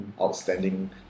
outstanding